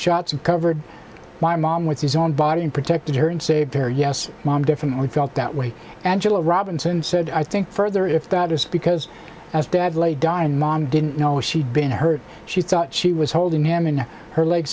shots and covered my mom with his own body and protected her and saved her yes mom definitely felt that way angela robinson said i think further if that is because as dad lay dying mom didn't know she'd been hurt she thought she was holding him in her leg